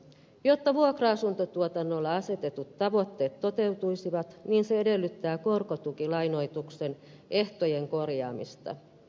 jotta vuokra asuntotuotannolle asetetut tavoitteet toteutuisivat se edellyttää korkotukilainoituksen ehtojen korjaamista